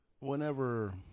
whenever